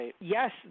yes